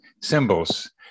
symbols